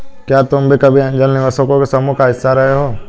क्या तुम कभी ऐन्जल निवेशकों के समूह का हिस्सा रहे हो?